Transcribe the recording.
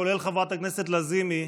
כולל חברת הכנסת לזימי,